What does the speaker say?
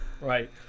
Right